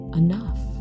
enough